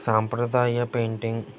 సాంప్రదాయ పెయింటింగ్